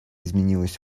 изменилась